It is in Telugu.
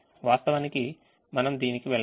వాస్తవానికి మనం దీనికి వెళ్తాము